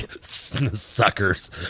Suckers